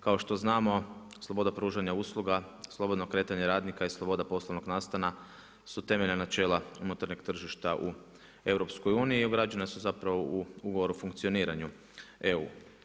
Kao što znamo sloboda pružanja usluga, slobodno kretanje radnika i sloboda poslovnog nastana su temeljna načela unutarnjeg tržišta u EU i ugrađena su zapravo u ugovor o funkcioniranju EU.